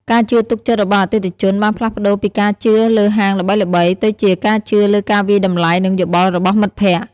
ការជឿទុកចិត្តរបស់អតិថិជនបានផ្លាស់ប្តូរពីការជឿលើហាងល្បីៗ ទៅជាការជឿលើការវាយតម្លៃនិងយោបល់របស់មិត្តភក្តិ។